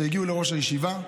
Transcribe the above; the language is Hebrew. הגיעו לראש הישיבה,